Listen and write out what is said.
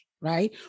right